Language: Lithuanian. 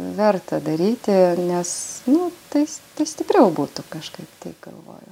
verta daryti nes nu tais stipriau būtų kažkaip tai galvoju